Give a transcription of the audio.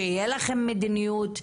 שתהיה לכם מדיניות,